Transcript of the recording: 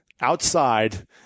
outside